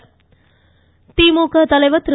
ஸ்டாலின் திமுக தலைவர் திரு